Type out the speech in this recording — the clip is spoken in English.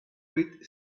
with